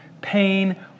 pain